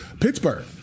Pittsburgh